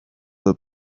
the